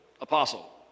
apostle